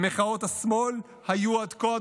במחאות השמאל היו עד כה,